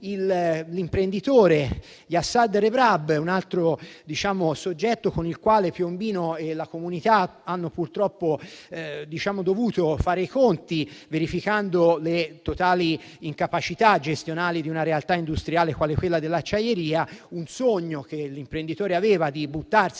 l'imprenditore Issad Rebrab, un altro soggetto con il quale Piombino e la comunità hanno purtroppo dovuto fare i conti, verificando le totali incapacità gestionali di una realtà industriale quale quella dell'acciaieria; un sogno che l'imprenditore aveva di buttarsi